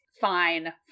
fine